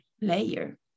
layer